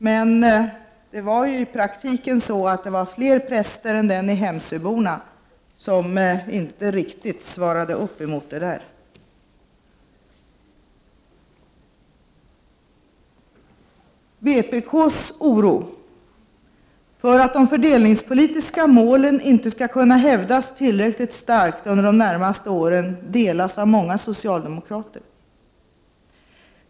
Men det var ju i praktiken så att fler präster än den i Hemsöborna inte riktigt svarade upp mot det där. Vpk:s oro för att de fördelningspolitiska målen inte skall kunna hävdas tillräckligt starkt under de närmaste åren delas av många socialdemokrater.